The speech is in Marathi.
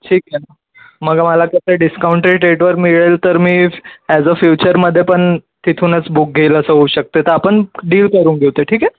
ठीक आहे ना मग मला जर ते डिस्कांउंटेड रेटवर मिळेल तर मीच ॲज फ्युचरमध्ये पण तिथूनच बुक घेईल असं होऊ शकते तर आपण डील करून घेऊ ते ठीक आहे